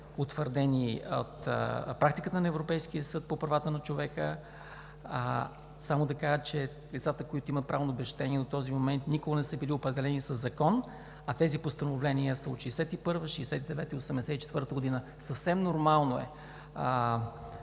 от практиката на Европейския съд по правата на човека. Само да кажа, че лицата, които имат право на обезщетение, до този момент никога не са били определени със закон. А тези постановления са от 1961 г., от 1969 г. и от 1984 г. и е съвсем нормално